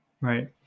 Right